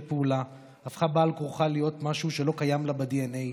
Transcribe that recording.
פעולה הפכה בעל כורחה להיות משהו שלא קיים לה בדנ"א,